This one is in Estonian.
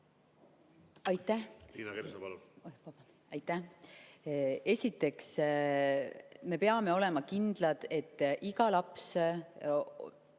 Aitäh! Esiteks, me peame olema kindlad, et iga laps